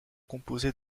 composé